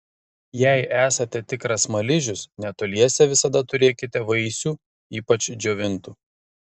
jei esate tikras smaližius netoliese visada turėkite vaisių ypač džiovintų